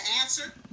answer